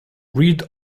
read